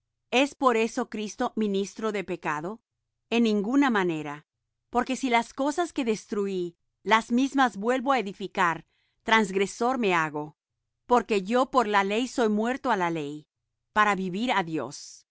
es por eso cristo ministro de pecado en ninguna manera porque si las cosas que destruí las mismas vuelvo á edificar transgresor me hago porque yo por la ley soy muerto á la ley para vivir